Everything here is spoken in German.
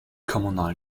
kommunalen